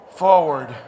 forward